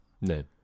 No